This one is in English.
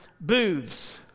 booths